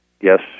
Yes